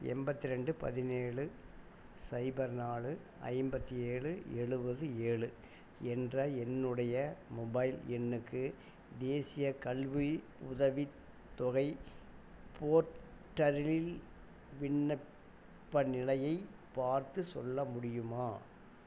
எண்பத்ரெண்டு பதினேழு சைபர் நாலு ஐம்பத்தி ஏழு எழுபது ஏழு என்ற என்னுடைய மொபைல் எண்ணுக்கு தேசியக் கல்வி உதவித் தொகை போர்ட்டலில் விண்ணப்ப நிலையைப் பார்த்துச் சொல்ல முடியுமா